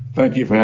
thank you